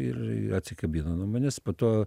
ir atsikabino nuo manęs po to